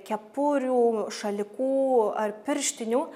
kepurių šalikų ar pirštinių